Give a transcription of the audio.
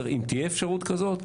אם תהיה אפשרות כזאת,